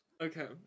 Okay